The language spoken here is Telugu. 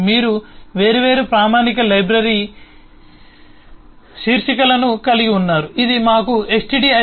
మీరు వేర్వేరు ప్రామాణిక లైబ్రరీ శీర్షికలను కలిగి ఉన్నారు ఇది మాకు stdio